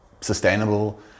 sustainable